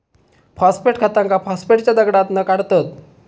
phosphate खतांका फॉस्फेटच्या दगडातना काढतत